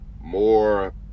more